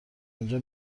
انجا